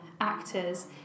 actors